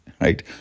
right